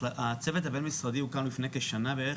הצוות הבין-משרדי הוקם לפני כשנה בערך